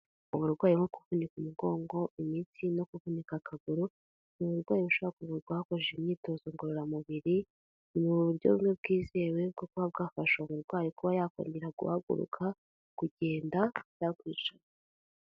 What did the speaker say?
Uburwayi bwo ku kuvunika umugongo, imitsi no ku kuvunika akaguru, ni uburwayi bushobora kuvurwa hakoreshejwe imyitozo ngororamubiri, ni uburyo bumwe bwizewe bwo kuba bwafasha uwo umurwayi kuba yakongera guhaguruka, kugenda cyangwa kwicara.